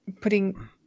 putting